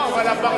לא, אבל הפרלמנט.